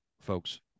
folks